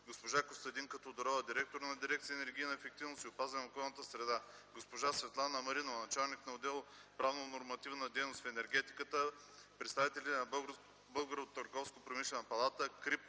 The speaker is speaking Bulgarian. госпожа Костадинка Тодорова – директор на дирекция „Енергийна ефективност и опазване на околната среда”, госпожа Светлана Маринова – началник на отдел „Правно-нормативна дейност в енергетиката”, представители на Българската търговско-промишлена палата, КРИБ,